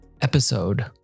episode